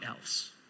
else